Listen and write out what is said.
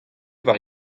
war